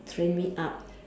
train me up